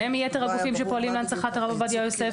מיתר הגופים שפועלים להנצחת הרב עובדיה יוסף?